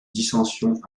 dissensions